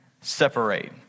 separate